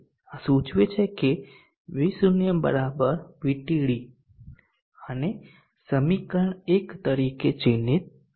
આ સૂચવે છે કે V0 VT x d આને સમીકરણ 1 તરીકે ચિહ્નિત કરશે